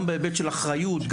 גם בהיבט של אחריות,